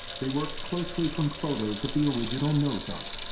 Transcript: they worked closely from photos of the original nose art.